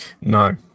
No